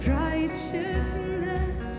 righteousness